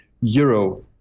euro